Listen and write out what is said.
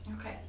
Okay